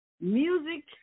Music